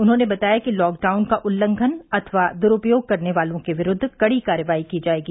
उन्होंने बताया कि लॉकडाउन का उल्लंघन अथवा द्रूपयोग करने वालों के विरूद्व कड़ी कार्रवाई की जायेगी